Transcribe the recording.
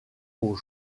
pour